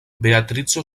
beatrico